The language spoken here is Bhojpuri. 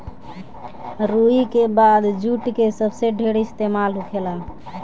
रुई के बाद जुट के सबसे ढेर इस्तेमाल होखेला